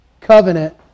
covenant